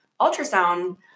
ultrasound